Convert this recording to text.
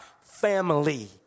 family